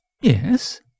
Yes